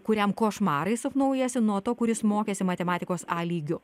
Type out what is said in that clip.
kuriam košmarai sapnuojasi nuo to kuris mokėsi matematikos a lygiu